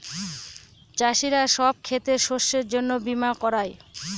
চাষীরা সব ক্ষেতের শস্যের জন্য বীমা করায়